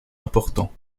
importants